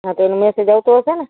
હા તો એનો મેસેજ આવતો હશે ને